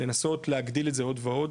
לנסות להגדיל את זה עוד ועוד,